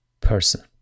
person